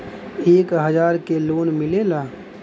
एक हजार के लोन मिलेला?